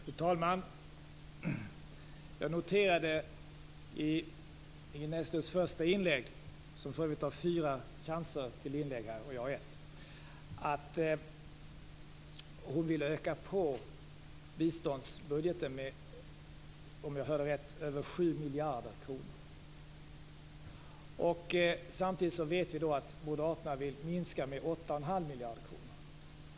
Fru talman! Jag noterade i Ingrid Näslunds första inlägg - som för övrigt har fyra chanser till inlägg här och jag en - att hon ville öka biståndsbudgeten med, om jag hörde rätt, över 7 miljarder kronor. Samtidigt vet vi att moderaterna vill minska med 8 1⁄2 miljarder kronor.